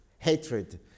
Hatred